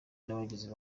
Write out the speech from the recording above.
n’abagizi